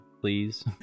please